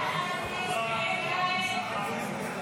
הצבעה.